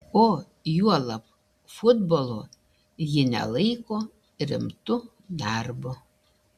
o juolab futbolo ji nelaiko rimtu darbu